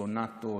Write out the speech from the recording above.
סונטות,